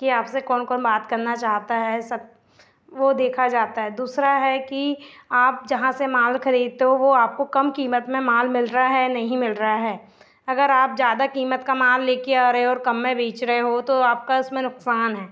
कि आपसे कौन कौन बात करना चाहता है सब वह देखा जाता है दूसरा है कि आप जहाँ से माल ख़रीदते हो वह आपको कम क़ीमत में माल मिल रहा है या नहीं मिल रहा है अगर आप ज़्यादा क़ीमत का माल लेकर आ रहे हो और कम में बेच रहे हो तो आपका उसमें नुक़सान है